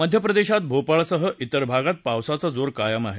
मध्यप्रदेशात भोपाळसह तिर भागात पावसाचा जोर कायम आहे